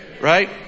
right